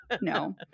No